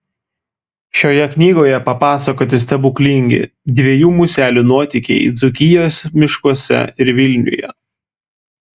šioje knygoje papasakoti stebuklingi dviejų muselių nuotykiai dzūkijos miškuose ir vilniuje